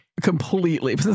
Completely